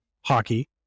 hockey